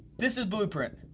this is blueprint.